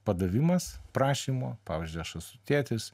padavimas prašymo pavyzdžiui aš esu tėtis